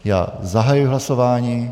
Já zahajuji hlasování.